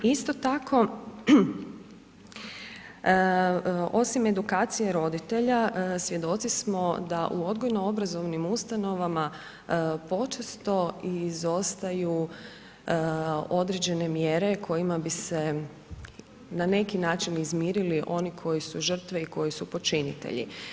Isto tako, osim edukacije roditelja, svjedoci smo da u odgojno-obrazovnim ustanovama počesto izostaju određene mjere kojima bi se na neki način izmirili oni koji su žrtve i koji su počinitelji.